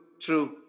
True